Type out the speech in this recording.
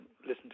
listen